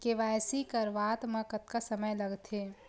KYC करवात म कतका समय लगथे?